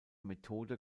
methode